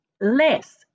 less